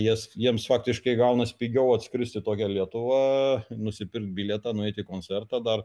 jie jiems faktiškai gaunas pigiau atskrist į tokią lietuvą nusipirkt bilietą nueit į koncertą dar